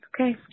Okay